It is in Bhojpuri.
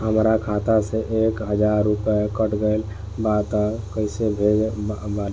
हमार खाता से एक हजार रुपया कट गेल बा त कइसे भेल बा?